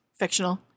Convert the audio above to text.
fictional